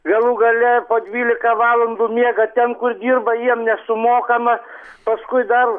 galų gale po dvylika valandų miega ten kur dirba jiem nesumokama paskui dar